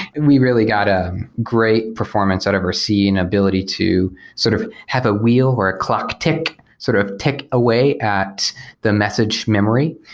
and we really got a great performance i'd ever seeing ability to sort of have a wheel or a clock tick, sort of tick away at the message memory,